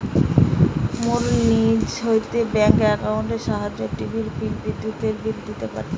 মোরা নিজ হইতে ব্যাঙ্ক একাউন্টের সাহায্যে টিভির বিল, বিদ্যুতের বিল ইত্যাদি দিতে পারতেছি